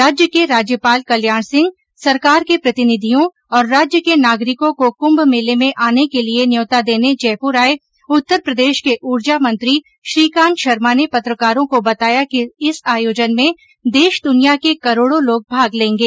राज्य के राज्यपाल कल्याण सिंह सरकार के प्रतिनिधियों और राज्य के नागरिकों को कुम्म मेले में आने के लिए न्यौता देने जयपुर आए उत्तरप्रदेश के ऊर्जा मंत्री श्रीकांत शर्मा ने पत्रकारों को बताया कि इस आयोजन में देश दुनिया के करोड़ों लोग भाग लेंगे